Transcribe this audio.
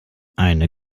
eine